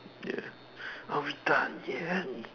ya are we done yet